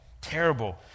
Terrible